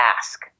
ask